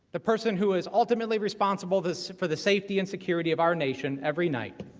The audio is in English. the person who is ultimately responsible this for the safety and security of our nation every night